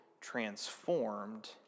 transformed